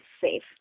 safe